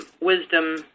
wisdom